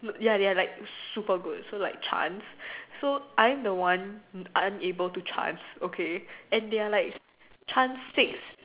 ya they are like super good so like chant so I'm the one unable to chant okay and they are like chant six